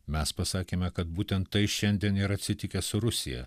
mes pasakėme kad būtent tai šiandien yra atsitikę su rusija